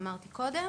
שציינתי קודם